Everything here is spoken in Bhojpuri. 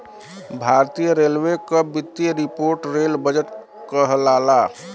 भारतीय रेलवे क वित्तीय रिपोर्ट रेल बजट कहलाला